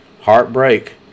heartbreak